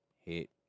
hit